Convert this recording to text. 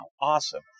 Awesome